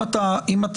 אם אתה זוכר,